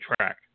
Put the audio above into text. track